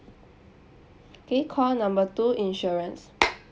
K call number two insurance